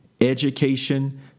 education